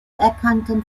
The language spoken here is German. erkannten